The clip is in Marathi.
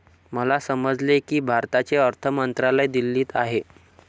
मला समजले की भारताचे अर्थ मंत्रालय दिल्लीत आहे